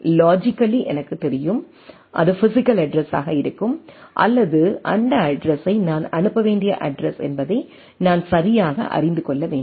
லாஜிக்கலிஎனக்குத் தெரியும் அது பிஸிக்கல் அட்ரஸ்ஸாக இருக்கும் அல்லது அந்த அட்ரஸை நான் அனுப்ப வேண்டிய அட்ரஸ் என்பதை நான் சரியாக அறிந்து கொள்ள வேண்டும்